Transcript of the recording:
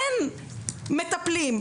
אין מטפלות,